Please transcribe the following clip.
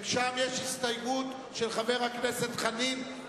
ושם יש הסתייגות של חבר הכנסת חנין.